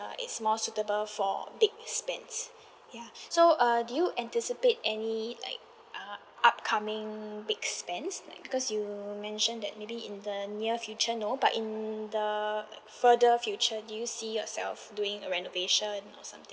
uh it's more suitable for big spends ya so uh do you anticipate any like uh upcoming big spends like because you mentioned that maybe in the near future no but in the further future do you see yourself doing a renovation or something